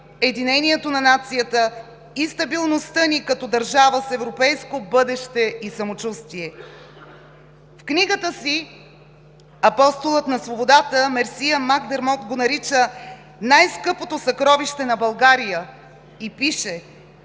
единението на нацията и стабилността ни като държава с европейско бъдеще и самочувствие! В книгата си „Апостолът на свободата“ Мерсия Макдермот го нарича „най-скъпото съкровище на България“ и пише: